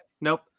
nope